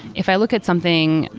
if i look at something,